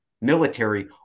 military